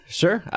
sure